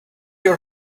your